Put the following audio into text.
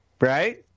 right